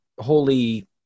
holy